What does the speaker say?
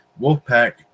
wolfpack